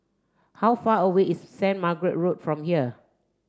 how far away is Saint Margaret Road from here